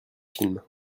film